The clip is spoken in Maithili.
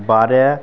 बारह